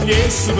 Yes